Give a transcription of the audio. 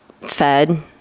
fed